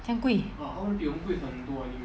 很贵